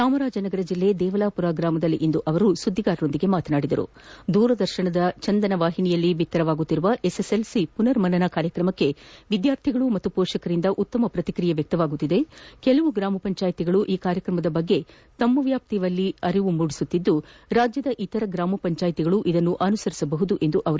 ಚಾಮರಾಜನಗರ ಜಿಲ್ಲೆ ದೇವಾಲಾಪುರ ಗ್ರಾಮದಲ್ಲಿ ಇಂದು ಸುದ್ದಿಗಾರರೊಂದಿಗೆ ಮಾತನಾಡಿದ ಅವರು ದೂರದರ್ಶನದ ಚಂದನ ವಾಹಿನಿಯಲ್ಲಿ ಬಿತ್ತರವಾಗುತ್ತಿರುವ ಎಸ್ಎಸ್ಎಲ್ಸಿ ಪುನರ್ಮನನ ಕಾರ್ಯಕ್ರಮಕ್ಕೆ ವಿದ್ಯಾರ್ಥಿಗಳು ಪೋಷಕರಿಂದ ಉತ್ತಮ ಪ್ರತಿಕ್ರಿಯೆ ವ್ಯಕ್ತವಾಗಿದೆ ಕೆಲವು ಗ್ರಾಮಪಂಚಾಯಿತಿಗಳು ಈ ಕಾರ್ಯಕ್ರಮದ ಬಗ್ಗೆ ತಮ್ಮ ವ್ಯಾಪ್ತಿಯಲ್ಲಿ ಅರಿವು ಮೂಡಿಸುತ್ತಿದ್ದು ರಾಜ್ಯದ ಇತರ ಗ್ರಾಮಪಂಚಾಯಿತಿಗಳೂ ಇದನ್ನು ಅನುಸರಿಸಬಹುದು ಎಂದರು